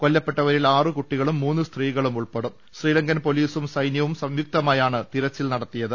കൊല്ലപ്പെട്ടവരിൽ ആറു കുട്ടികളും മൂന്ന് സ്ത്രീകളും ഉൾപ്പെടും ശ്രീലങ്കൻ പൊലീസും സൈന്യവും സംയുക്തമായാണ് തിർച്ചിൽ നടത്തിയ ത്